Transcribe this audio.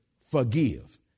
forgive